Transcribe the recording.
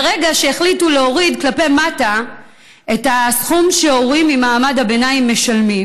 שהחליטו להוריד כלפי מטה את הסכום שהורים ממעמד הביניים משלמים: